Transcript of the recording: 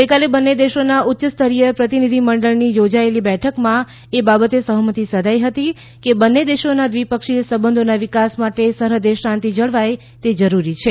ગઈકાલે બંન્ને દેશોનાં ઉચ્ય સ્તરીય પ્રતિનિધીમંડળની યોજાયેલી બેઠકમાં એ બાબતે સહમતી સઘાઈ હતી કે બંન્ને દેશોના દ્રિપક્ષીય સંબંધોનાં વિકાસ માટે સરહદે શાંતિ જળવાય તે જરૂરી છે